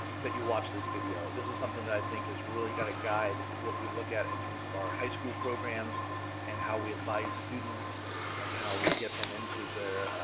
that you watch this video. this is something that i think is really going to guide what we look at in terms of our high school programs and how we advice students and how we get them into the